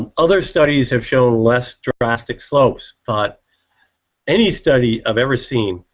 um other studies have shown less traffic slopes, but any study i've ever seen,